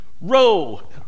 row